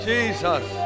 Jesus